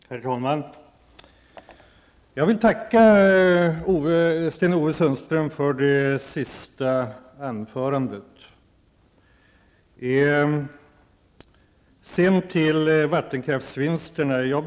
Herr talman! Jag vill tacka Sten-Ove Sundström för det sista anförandet. Sedan till vattenkraftsvinsterna.